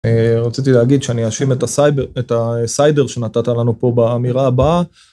רציתי להגיד שאני אאשים את הסיידר שנתת לנו פה באמירה הבאה